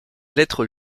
lettre